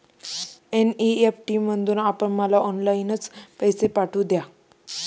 NEFT मधून आपण मला ऑनलाईनच पैसे पाठवून द्या